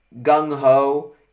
gung-ho